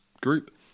group